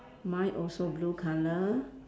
mine also blue colour